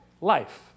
life